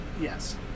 Yes